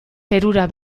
perura